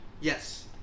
Yes